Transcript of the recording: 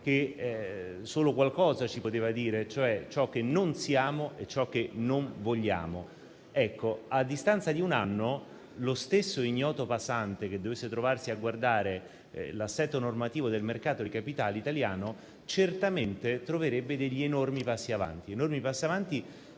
che solo qualcosa ci poteva dire, cioè ciò che non siamo e ciò che non vogliamo. Ecco, a distanza di un anno, lo stesso ignoto passante che dovesse trovarsi a guardare l'assetto normativo del mercato dei capitali italiano, certamente troverebbe degli enormi passi avanti.